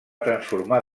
transformar